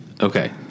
Okay